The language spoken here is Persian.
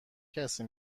کسی